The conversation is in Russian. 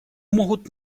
могут